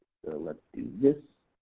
let's do this.